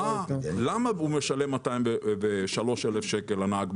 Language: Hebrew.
למה הוא משלם 203,000 ₪?